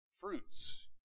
fruits